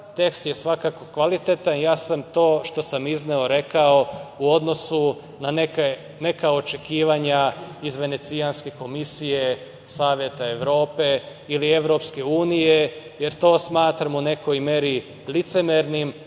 Tekst je svakako kvalitetan. Ja sam to što sam izneo rekao u odnosu na neka očekivanja iz Venecijanske komisije, Saveta Evrope ili EU, jer to smatram u nekoj meri licemernim